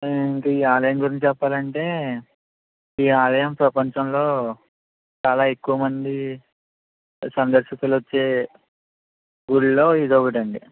ఇంకా ఈ ఆలయం గురించి చెప్పాలంటే ఈ ఆలయం ప్రపంచంలో చాలా ఎక్కువ మంది సందర్శకులు వచ్చే గుడిల్లో ఇది ఒకటి అండి